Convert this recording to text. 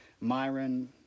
Myron